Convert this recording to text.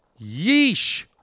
Yeesh